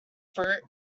fruit